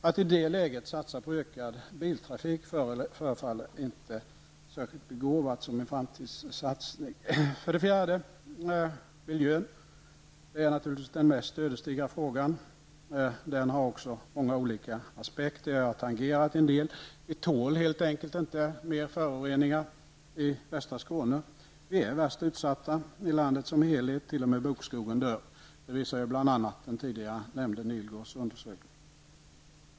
Att i det läget som en framtidssatsning satsa på ökad biltrafik förefaller inte särskilt begåvat. Miljön är naturligtvis den mest ödesdigra frågan. Den har också många olika aspekter. En del har jag redan tangerat. Vi tål helt enkelt inte mer föroreningar i västra Skåne. Vi är värst utsatta i landet som helhet. Enligt bl.a. den undersökning som tidigare omnämnts dör t.o.m. bokskogen.